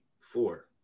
four